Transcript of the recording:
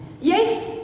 Yes